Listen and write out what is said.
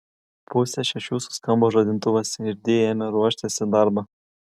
pusę šešių suskambo žadintuvas ir di ėmė ruoštis į darbą